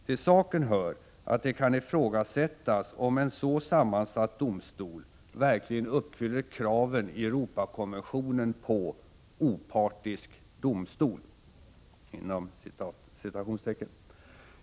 Till saken hör att det kan ifrågasättas om en så sammansatt domstol verkligen uppfyller kraven i Europakonventionen på ”opartisk domstol”.